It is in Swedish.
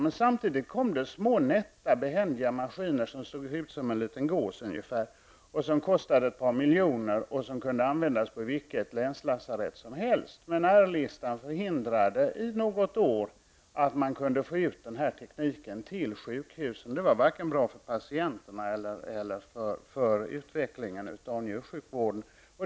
Men samtidigt kom det små nätta och behändiga maskiner som såg ut som en liten gås ungefär. De kostade ett par miljoner och kunde användas på vilket länslasarett som helst. Men R-listan förhindrade i något år att man kunde få ut den här tekniken till sjukhusen. Det var inte bra för vare sig patienterna eller utvecklingen av njursjukvården.